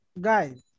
Guys